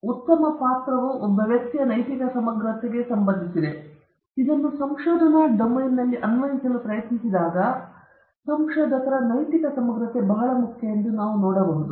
ಆದ್ದರಿಂದ ಉತ್ತಮ ಪಾತ್ರವು ಒಬ್ಬ ವ್ಯಕ್ತಿಯ ನೈತಿಕ ಸಮಗ್ರತೆಗೆ ಸಂಬಂಧಿಸಿದೆ ಮತ್ತು ಇದನ್ನು ಸಂಶೋಧನಾ ಡೊಮೇನ್ನಲ್ಲಿ ಅನ್ವಯಿಸಲು ಪ್ರಯತ್ನಿಸಿದಾಗ ಸಂಶೋಧಕರ ನೈತಿಕ ಸಮಗ್ರತೆ ಬಹಳ ಮುಖ್ಯ ಎಂದು ನಾವು ನೋಡಬಹುದು